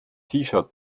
shirt